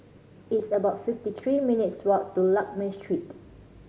it's about fifty three minutes' walk to Lakme Street